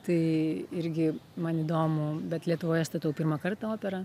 tai irgi man įdomu bet lietuvoje statau pirmą kartą operą